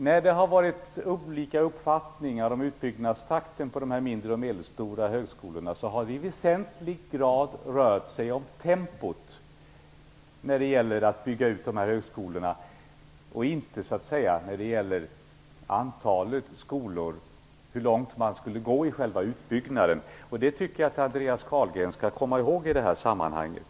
När det har förekommit olika uppfattningar om utbyggnaden av de mindre och medelstora högskolorna har det i väsentlig grad rört sig om tempot i utbyggnaden och inte antalet skolor, hur långt man skall gå i själva utbyggnaden. Det tycker jag att Andreas Carlgren skall komma ihåg i det här sammanhanget.